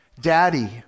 Daddy